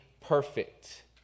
perfect